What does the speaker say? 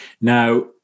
Now